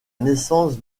naissance